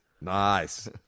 nice